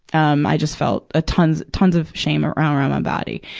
um i just felt a tons, tons of shame around around my body.